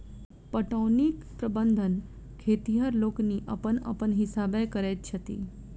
पटौनीक प्रबंध खेतिहर लोकनि अपन अपन हिसाबेँ करैत छथि